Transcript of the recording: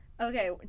Okay